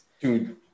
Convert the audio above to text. Dude